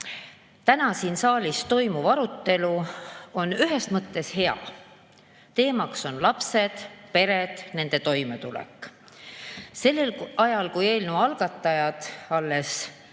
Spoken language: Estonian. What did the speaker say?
Täna siin saalis toimuv arutelu on ühes mõttes hea. Teemaks on lapsed, pered, nende toimetulek. Sellel ajal, kui eelnõu algatajad alles